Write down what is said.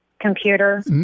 computer